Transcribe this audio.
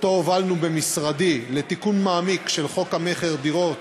שהובלנו במשרדי לתיקון מעמיק של חוק המכר (דירות)